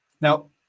Now